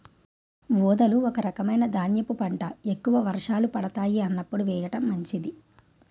ఊదలు ఒక రకమైన ధాన్యపు పంట, ఎక్కువ వర్షాలు పడతాయి అన్నప్పుడు వేయడం మంచిది